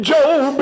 Job